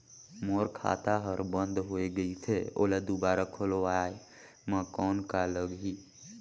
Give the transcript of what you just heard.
मोर खाता हर बंद हो गाईस है ओला दुबारा खोलवाय म कौन का लगही?